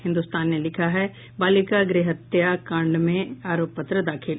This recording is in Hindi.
हिन्दुस्तान ने लिखा है बालिका गृह कांड में आरोप पत्र दाखिल